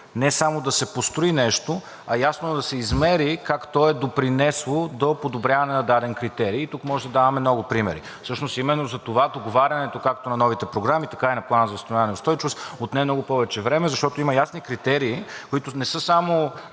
не само да се построи нещо, а ясно да се измери как то е допринесло за подобряване на даден критерий. Тук можем да даваме много примери. Всъщност именно затова договарянето, както на новите програми, така и на Плана за възстановяване и устойчивост отне много повече време. Защото има ясни критерии, които не са само